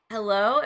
Hello